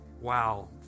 Wow